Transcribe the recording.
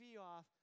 off